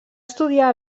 estudiar